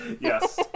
Yes